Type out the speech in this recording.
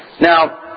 Now